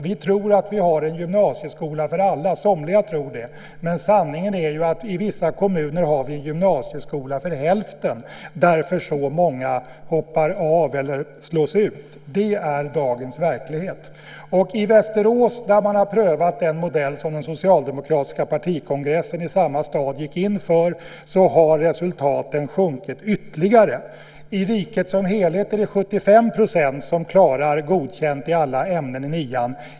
Vi tror att vi har en gymnasieskola för alla - somliga tror det - men sanningen är den att i vissa kommuner har vi en gymnasieskola för hälften, eftersom så många hoppar av eller slås ut. Det är dagens verklighet. I Västerås har man prövat den modell som den socialdemokratiska partikongressen, som hölls i samma stad, gick in för. Där har resultaten sjunkit ytterligare. I riket som helhet klarar 75 % godkänt i alla ämnen i nian.